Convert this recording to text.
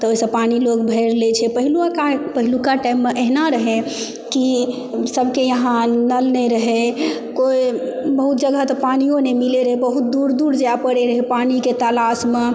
तऽ ओइसँ पानि लोक भरि लै छै पहिलोका पहिलुका टाइममे अहिना रहय कि सबके यहाँ नल नहि रहय कोइ बहुत जगह तऽ पानियो नहि मिलय रहय बहुत दूर दूर जाइ पड़य रहय पानिके तलाशमे